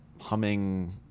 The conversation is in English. humming